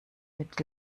mit